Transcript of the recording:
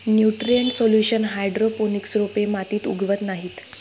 nutrient solution hydroponics रोपे मातीत उगवत नाहीत